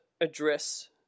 address